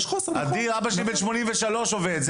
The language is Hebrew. אבא שלי בן 83 והוא עובד.